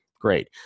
great